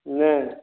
नहीं